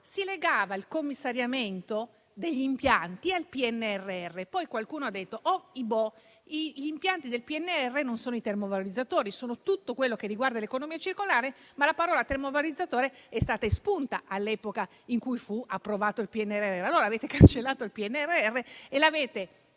si legava il commissariamento degli impianti al PNRR, poi qualcuno ha detto che gli impianti del PNRR non comprendono i termovalorizzatori, ma tutto quello che riguarda l'economia circolare, perché la parola "termovalorizzatore" è stata espunta all'epoca in cui fu approvato il PNRR. Allora avete cancellato il riferimento